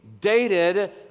dated